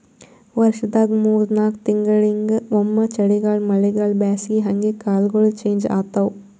ವರ್ಷದಾಗ್ ಮೂರ್ ನಾಕ್ ತಿಂಗಳಿಂಗ್ ಒಮ್ಮ್ ಚಳಿಗಾಲ್ ಮಳಿಗಾಳ್ ಬ್ಯಾಸಗಿ ಹಂಗೆ ಕಾಲ್ಗೊಳ್ ಚೇಂಜ್ ಆತವ್